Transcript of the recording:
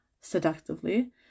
seductively